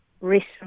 recent